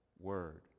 word